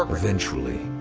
ah eventually.